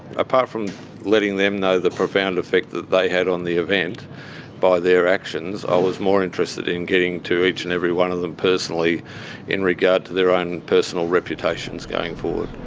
apart from letting them know the profound effect that they had on the event by their actions, i was more interested in getting to each and every one of them personally in regard to their own personal reputations going forward.